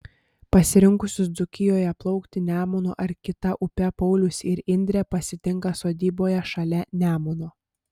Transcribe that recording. pasirinkusius dzūkijoje plaukti nemunu ar kita upe paulius ir indrė pasitinka sodyboje šalia nemuno